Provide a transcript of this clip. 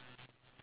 okay